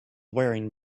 wearing